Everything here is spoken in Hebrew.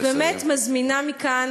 אני באמת מזמינה מכאן,